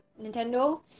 Nintendo